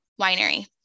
winery